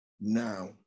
now